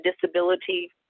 disability